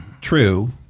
true